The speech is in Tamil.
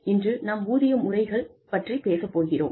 இன்று நாம் ஊதிய முறைகள் பற்றிப் பேசப் போகிறோம்